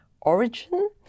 origin